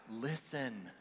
listen